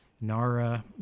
NARA